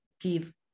give